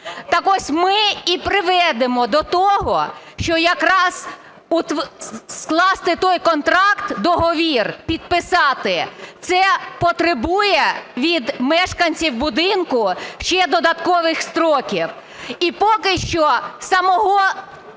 Так ось ми і приведемо до того, що якраз скласти той контракт, договір підписати – це потребує від мешканців будинку ще додаткових строків. І поки що самого